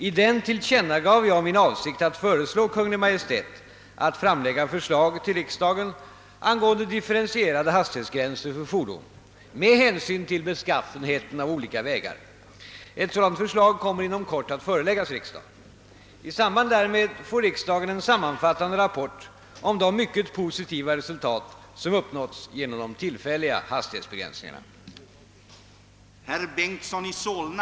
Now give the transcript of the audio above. I den tillkännagav jag min avsikt att föreslå Kungl. Maj:t att framlägga förslag till riksdagen angående differentierade hastighetsgränser för fordon med hänsyn till beskaffenheten av olika vägar. Ett sådant förslag kommer inom kort att föreläggas riksdagen. I samband därmed får riksdagen en sammanfattande rapport om de mycket positiva resultat som uppnåtts genom de tillfälliga hastighetsbegränsningarna.